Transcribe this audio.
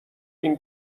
این